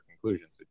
conclusions